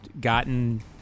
gotten